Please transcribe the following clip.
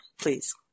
please